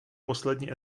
poslední